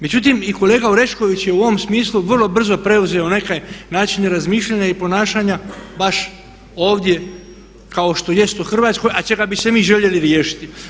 Međutim, i kolega Orešković je u ovom smislu vrlo brzo preuzeo neke načina razmišljanja i ponašanja baš ovdje kao što jest u Hrvatskoj a čega bismo se mi željeli riješiti.